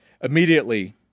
Immediately